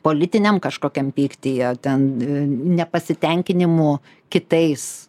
politiniam kažkokiam pyktyje ten nepasitenkinimu kitais